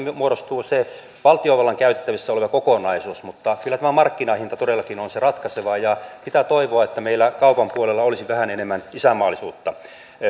muodostuu se valtiovallan käytettävissä oleva kokonaisuus mutta kyllä tämä markkinahinta todellakin on se ratkaiseva ja pitää toivoa että meillä kaupan puolella olisi vähän enemmän isänmaallisuutta